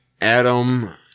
Adam